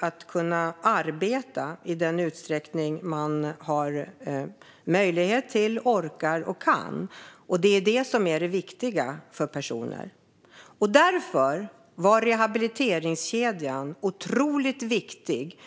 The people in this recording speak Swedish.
att arbeta i den utsträckning som man orkar och kan. Det är det som är det viktiga för personer. Därför var rehabiliteringskedjan otroligt viktig.